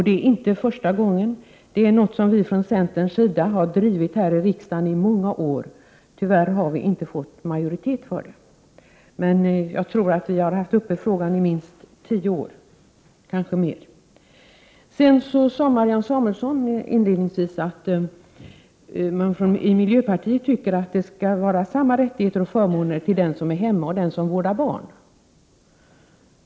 Det är inte första gången, utan det är något som centern har drivit häri riksdagen i många år men tyvärr inte fått majoritet för. Jag tror att vi har tagit upp frågan i tio år, kanske mer. Marianne Samuelsson sade inledningsvis att miljöpartiet tycker att det skall vara samma rättigheter och förmåner för den som är hemma och den som vårdar barn.